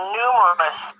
numerous